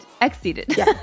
Exceeded